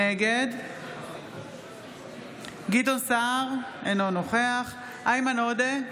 נגד גדעון סער, אינו נוכח איימן עודה,